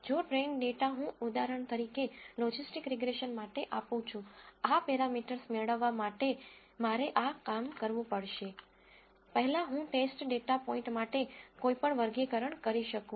જો trained data હું ઉદાહરણ તરીકે લોજિસ્ટિક્સ રીગ્રેસન માટે આપું છું આ પેરામીટર્સ મેળવવા માટે મારે આ કામ કરવું પડશે પહેલાં હું ટેસ્ટ ડેટા પોઇન્ટ માટે કોઈપણ વર્ગીકરણ કરી શકું